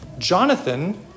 Jonathan